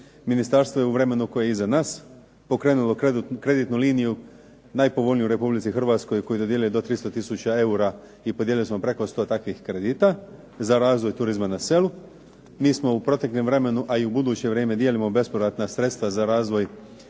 Ministarstvo je u vremenu koje je iza nas pokrenulo kreditnu liniju najpovoljniju u Republici Hrvatskoj koju dodjeljuje do 300000 eura i podijelili smo preko 100 takvih kredita za razvoj turizma na selu. Mi smo u proteklom vremenu, a i u buduće vrijeme dijelimo bespovratna sredstva za razvoj ruralnog